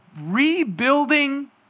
rebuilding